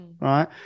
right